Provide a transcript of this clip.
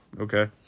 Okay